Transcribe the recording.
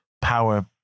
power